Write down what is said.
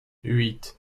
huit